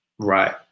Right